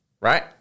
right